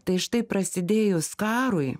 tai štai prasidėjus karui